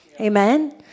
Amen